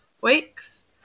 weeks